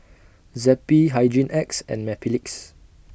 Zappy Hygin X and Mepilex